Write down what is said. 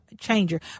changer